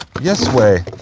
yes way